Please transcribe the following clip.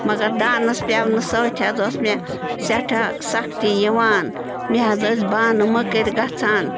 مگر دانَس پٮ۪ونہٕ سۭتۍ حظ اوس مےٚ سٮ۪ٹھاہ سختی یِوان مےٚ حظ ٲسۍ بانہٕ مٔکٕرۍ گژھان